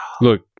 Look-